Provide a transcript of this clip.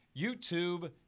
YouTube